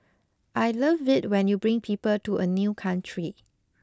I love it when you bring people to a new country